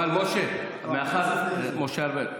משה ארבל,